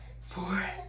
four